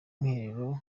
mwiherero